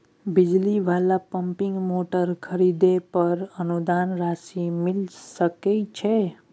बिजली वाला pumping motor खरीदे पर अनुदान राशि मिल सके छैय?